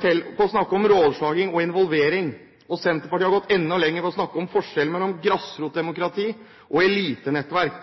til å snakke om rådslagning og involvering, og Senterpartiet har gått enda lenger ved å snakke om forskjellen mellom